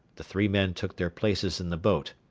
the three men took their places in the boat.